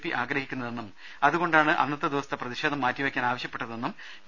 P ആഗ്രഹിക്കുന്നതെന്നും അതുകൊണ്ടാണ് അന്നത്തെ ദിവസത്തെ പ്രതിഷേധം മാറ്റിവെക്കാൻ ആവശ്യപ്പെട്ടതെന്നും പി